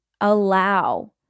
allow